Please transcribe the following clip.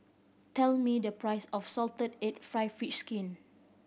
tell me the price of salted egg fried fish skin